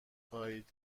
خواهید